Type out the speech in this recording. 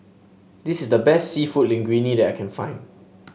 this is the best seafood Linguine that I can find